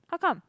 how come